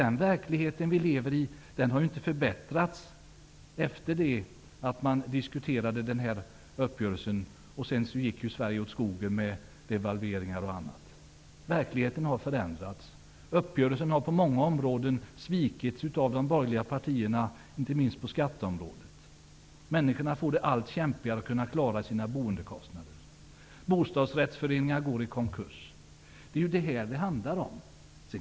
Den verklighet vi lever i har inte förbättrats sedan man diskuterade uppgörelsen, och sedan gick ju Sverige åt skogen på grund av devalveringar och annat. Verkligheten har förändrats. Uppgörelsen har på många områden svikits av de borgerliga partierna, inte minst på skatteområdet. Människor får det allt svårare att klara av sina boendekostnader. Bostadsrättsföreningar går i konkurs. Detta är vad det handlar om.